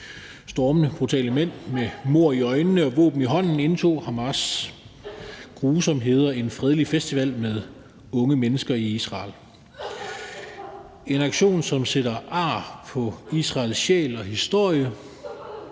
stormende, brutale mænd med mord i øjnene og våben i hånd indtog Hamas' grusomheder en fredelig festival med unge mennesker i Israel. Det var en aktion, som sætter ar på Israels sjæl og historie